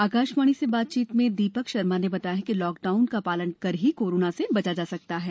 आकाशवाणी से बातचीत में दीपक शर्मा ने बताया है कि लॉकडाउन का पालन कर ही कोरोना से बचा जा सकता है